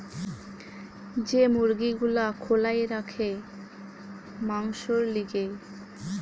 যে মুরগি গুলা খোলায় রাখে মাংসোর লিগে